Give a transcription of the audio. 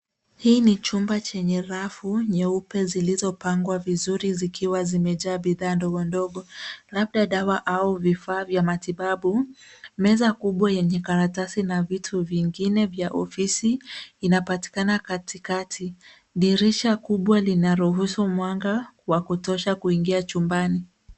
Hii ni chumba chenye rafu nyeupe zilizopangwa vizuri zikiwa zimejaa bidhaa ndogondogo labda dawa au vifaa vya matibabu. Meza kubwa yenye karatasi na vitu vingine vya ofisi inapatikana katikati. Dirisha kubwa linaruhusu mwanga wa kutosha kuingia chumbani.